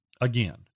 again